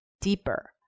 deeper